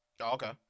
Okay